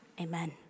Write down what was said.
Amen